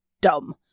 Dumb